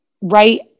right